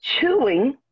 chewing